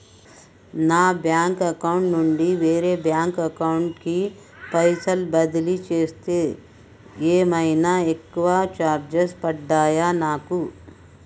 నా bank account నుండి వేరే బ్యాంక్ అకౌంట్ కి పైసల్ బదిలీ చేస్తే ఏమైనా ఎక్కువ చార్జెస్ పడ్తయా నాకు?